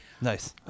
Nice